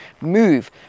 move